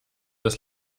das